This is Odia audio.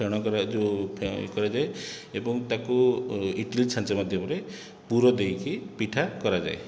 ଫେଣ କରି ଯେଉଁ ଇଏ କରାଯାଏ ଏବଂ ତାକୁ ଇଡ଼ଲି ଛାଞ୍ଚ ମାଧ୍ୟମରେ ପୁର ଦେଇକି ପିଠା କରାଯାଏ